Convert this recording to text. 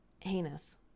heinous